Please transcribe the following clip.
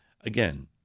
again